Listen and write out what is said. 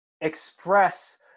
express